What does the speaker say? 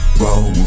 roll